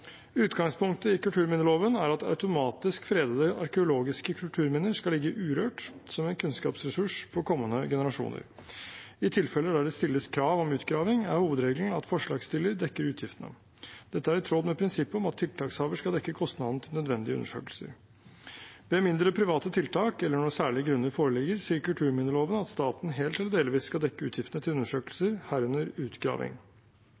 Utgangspunktet i kulturminneloven er at automatisk fredede arkeologiske kulturminner skal ligge urørt som en kunnskapsressurs for kommende generasjoner. I tilfeller der det stilles krav om utgraving, er hovedregelen at forslagsstiller dekker utgiftene. Dette er i tråd med prinsippet om at tiltakshaver skal dekke kostnadene til nødvendige undersøkelser. Ved mindre private tiltak eller når særlige grunner foreligger, sier kulturminneloven at staten helt eller delvis skal dekke utgiftene til